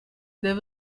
there